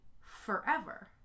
Forever